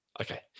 okay